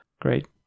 Great